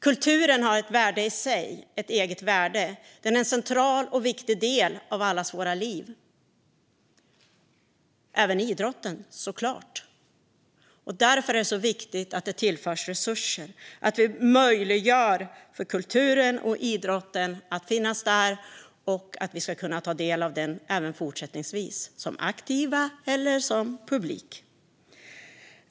Kulturen har ett värde i sig, ett eget värde, och är en central och viktig del i allas våra liv - även idrotten såklart. Därför är det så viktigt att det tillförs resurser, att vi möjliggör för kulturen och idrotten att finnas där och att vi ska kunna ta del av dem även fortsättningsvis som aktiva eller som publik.